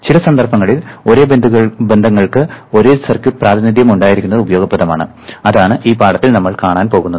ചില സന്ദർഭങ്ങളിൽ ഒരേ ബന്ധങ്ങൾക്ക് ഒരു സർക്യൂട്ട് പ്രാതിനിധ്യം ഉണ്ടായിരിക്കുന്നത് ഉപയോഗപ്രദമാണ് അതാണ് ഈ പാഠത്തിൽ നമ്മൾ കാണാൻ പോകുന്നത്